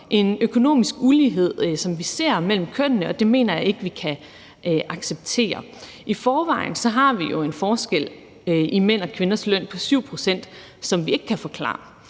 en økonomisk ulighed mellem kønnene, og det mener jeg ikke vi kan acceptere. I forvejen har vi jo en forskel imellem mænd og kvinders løn på 7 pct., som vi ikke kan forklare,